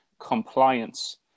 compliance